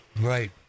Right